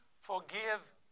forgive